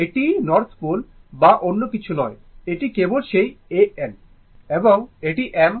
এটি north pole বা অন্য কিছু নয় এটি কেবল সেই A N